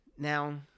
Now